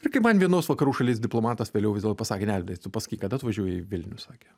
ir kaip man vienos vakarų šalies diplomatas vėliau vis dėlto pasakė ne alvydai tu pasakyk kada atvažiuoji į vilnių sakė